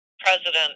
president